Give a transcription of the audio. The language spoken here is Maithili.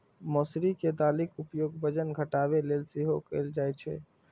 मौसरी के दालिक उपयोग वजन घटाबै लेल सेहो कैल जाइ छै